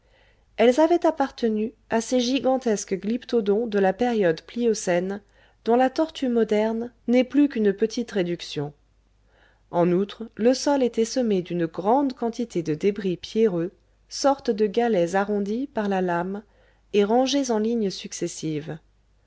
elles avaient appartenu à ces gigantesques glyptodons de la période pliocène dont la tortue moderne n'ont plus qu'une petite réduction en outre le sol était semé d'une grande quantité de débris pierreux sortes de galets arrondis par la lame et rangés en lignes successives